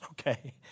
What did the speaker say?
okay